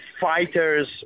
fighters